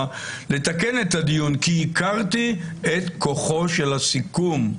לתקן את הדיון כי הכרתי את כוחו של הסיכום.